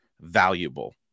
valuable